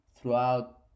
throughout